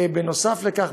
נוסף על כך,